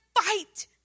fight